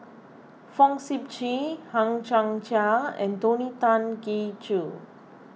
Fong Sip Chee Hang Chang Chieh and Tony Tan Keng Joo